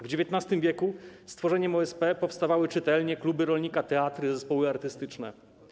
W XIX w. z tworzeniem OSP powstawały czytelnie, kluby rolnika, teatry, zespoły artystyczne.